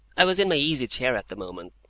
i was in my easy-chair at the moment,